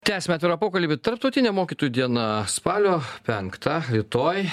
tęsiam atvirą pokalbį tarptautinė mokytojų diena spalio penktą rytoj